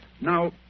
Now